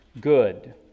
good